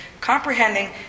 comprehending